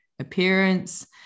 appearance